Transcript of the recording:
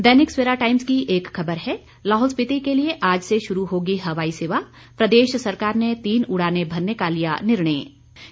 दैनिक Savera Times की एक खबर है लाहुल स्पीति के लिए आज से शुरू होगी हवाई सेवा प्रदेश सरकार ने तीन उडानें भरने का निर्णय लिया